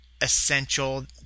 essential